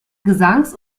gesangs